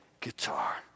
guitar